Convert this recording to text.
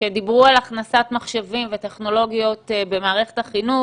כשדיברו על הכנסת מחשבים וטכנולוגיות במערכת החינוך